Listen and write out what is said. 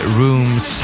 rooms